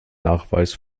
nachweis